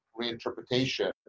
reinterpretation